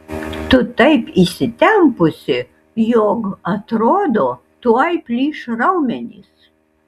tu taip įsitempusi jog atrodo tuoj plyš raumenys